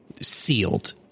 sealed